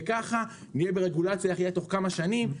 וכך נהיה ברגולציה אחידה תוך כמה שנים,